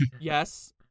yes